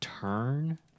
turn